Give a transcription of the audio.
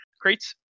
crates